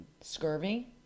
Scurvy